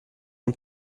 von